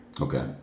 Okay